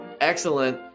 excellent